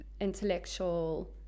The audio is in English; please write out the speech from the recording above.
intellectual